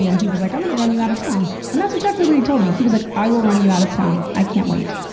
you know he was like, i'm gonna run you out of town. and that's exactly what he told me. he was like, i will run you out of town. i can't wait.